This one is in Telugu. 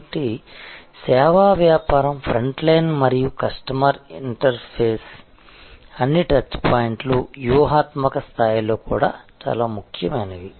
కాబట్టి సేవా వ్యాపారం ఫ్రంట్ లైన్ మరియు కస్టమర్ ఇంటర్ఫేస్ అన్ని టచ్ పాయింట్లు వ్యూహాత్మక స్థాయిలో కూడా చాలా ముఖ్యమైనవి